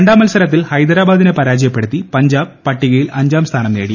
രണ്ടാം മത്സരത്തിൽ ഹൈദരാബാദിനെ പരാജയപ്പെടുത്തി പഞ്ചാബ് പട്ടികയിൽ അഞ്ചാം സ്ഥാനം നേടി